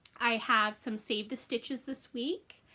i have some save the sitches this week.